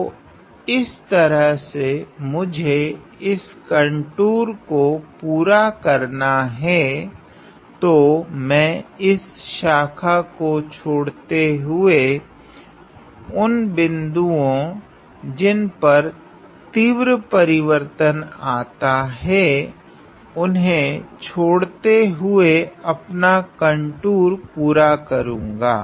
तो इस तरह से मुझे इस कंटूर को पूरा करना हैं तो मैं इस शाखा को छोड़ते हुए उन बिन्दुओ जिन पर तीव्र परिवर्तन आता हैं उन्हे छोड़ते हुए अपना कंटूर पूरा करुगा